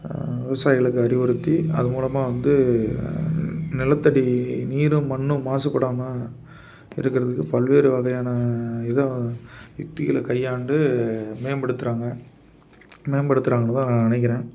விவசாயிகளுக்கு அறிவுறுத்தி அது மூலமாக வந்து நிலத்தடி நீரும் மண்ணும் மாசுபடாமல் இருக்கிறதுக்கு பல்வேறு வகையான இதை உத்திகளை கையாண்டு மேம்படுத்துகிறாங்க மேம்படுத்துகிறாங்கன்னு தான் நான் நினைக்கிறேன்